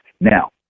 Now